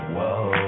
Whoa